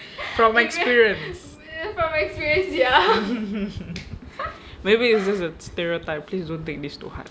from experience maybe it's just a stereotype please don't take this too hard